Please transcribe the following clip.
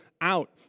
out